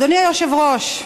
אדוני היושב-ראש,